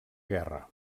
guerra